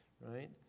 right